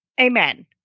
Amen